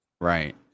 Right